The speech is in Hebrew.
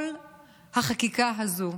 כל החקיקה הזאת,